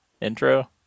intro